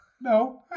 No